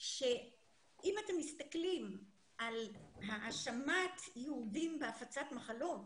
שאם אתם מסתכלים על האשמת יהודים בהפצת מחלות